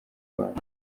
rwanda